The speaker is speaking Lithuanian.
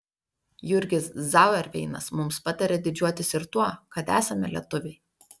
jurgis zauerveinas mums patarė didžiuotis ir tuo kad esame lietuviai